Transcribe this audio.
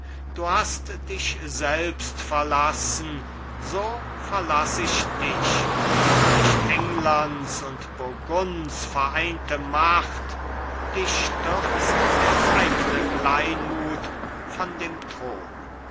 du hast dich selbst verlassen so verlaß ich dich nicht englands und burgunds vereinte macht dich stürzt der eigne kleinmut von dem thron